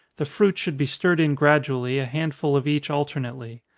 the fruit should be stirred in gradually, a handful of each alternately.